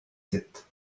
sept